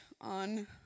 on